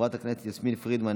חברת הכנסת יסמין פרידמן,